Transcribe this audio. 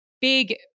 big